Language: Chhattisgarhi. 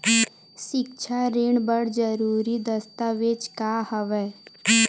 सिक्छा ऋण बर जरूरी दस्तावेज का हवय?